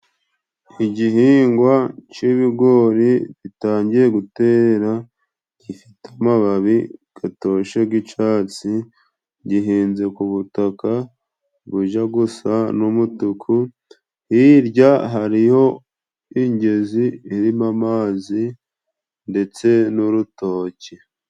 Igihingwa c'ibigori gitangiye gutera gifite amababi gatoshe g'icatsi, gihinnze ku butaka buja gusa n'umutuku, hirya hariho ingezi irimo amazi ndetse n'urutoki.